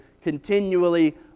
continually